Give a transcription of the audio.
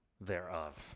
thereof